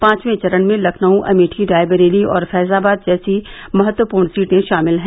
पांचवें चरण में लखनऊ अमेठी रायबरेली और फैजाबाद जैसी महत्वपूर्ण सीटें शामिल हैं